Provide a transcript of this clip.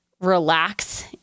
relax